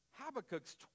Habakkuk's